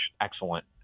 excellent